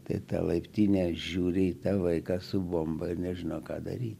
tai ta laiptinė žiūri į tą vaiką su bomba ir nežino ką daryt